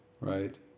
right